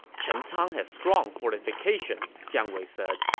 chencang has strong fortifications, jiang wei said.